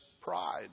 pride